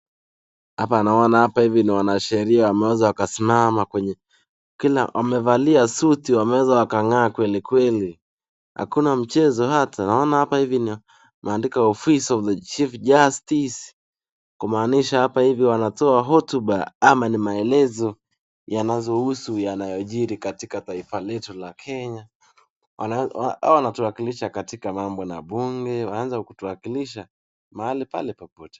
Hapa naona hapa hivi ni wanasherehe wameweza wakasimama kwenye kila wamevaa suit wameweza wakang'aa kweli kweli. Hakuna mchezo hata. Naona hapa hivi ni imeandikwa Office of the Chief Justice kumaanisha hapa hivi wanatoa hotuba ama ni maelezo yanayohusu yanayojiri katika taifa letu la Kenya. Hao wanatuwakilisha katika mambo na bunge, waanze kutuwakilisha mahali pale popote.